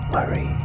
Worry